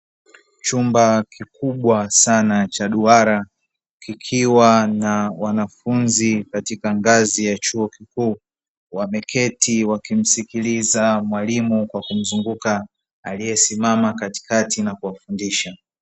Chumba kikubwa sana cha duara kikiwa na wanafunzi katika ngazi ya chuo kikuu, wameketi wakimsikiliza mwalimu kwa kumzungumka aliyesimama katikati na kuwafundisha.